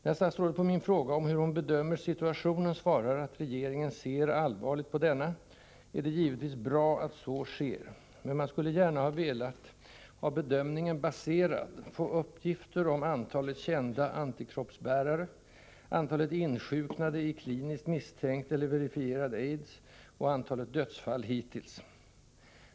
När statsrådet på min fråga om hur hon bedömer situationen svarar att regeringen ”ser allvarligt” på denna är det givetvis bra att så sker, men jag skulle gärna ha velat ha bedömningen baserad på uppgifter om antalet kända antikroppsbärare, antalet insjuknade i kliniskt misstänkt eller verifierad AIDS och antalet dödsfall hittills.